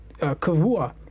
kavua